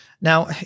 Now